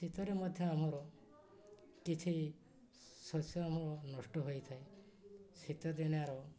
ଶୀତରେ ମଧ୍ୟ ଆମର କିଛି ଶସ୍ୟ ଆମର ନଷ୍ଟ ହୋଇଥାଏ ଶୀତ ଦିନର